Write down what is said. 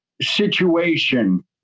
situation